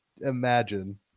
imagine